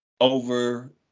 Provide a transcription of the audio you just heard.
over